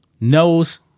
knows